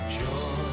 joy